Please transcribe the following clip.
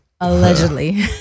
allegedly